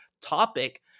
topic